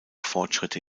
fortschritte